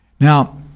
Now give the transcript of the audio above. Now